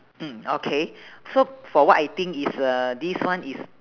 mm okay so for what I think is uh this one is